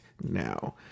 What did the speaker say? now